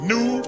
New